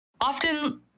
often